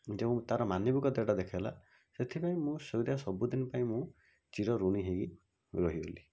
ଯେଉଁ ତା'ର ମାନବିକତାଟା ଦେଖେଇଲା ସେଥିପାଇଁ ମୁଁ ସେଇଟା ସବୁଦିନ ପାଇଁ ମୁଁ ଚିରଋଣି ହୋଇକି ରହିଗଲି